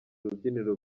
rubyiniro